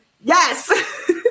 Yes